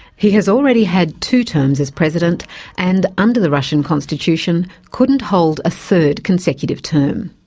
he has already had two terms as president and under the russian constitution couldn't hold a third consecutive term.